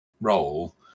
role